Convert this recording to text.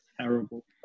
terrible